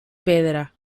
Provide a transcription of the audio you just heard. pedra